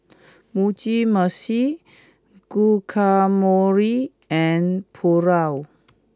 Mugi meshi Guacamole and Pulao